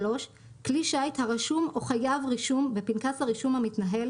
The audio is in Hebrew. (3) כלי שיט הרשום או חייב רישום בפנקס הרישום המתנהל